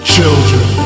Children